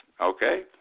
okay